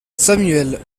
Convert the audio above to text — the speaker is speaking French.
samuel